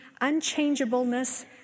unchangeableness